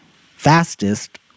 fastest